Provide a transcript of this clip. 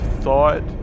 thought